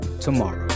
tomorrow